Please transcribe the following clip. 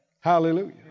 Hallelujah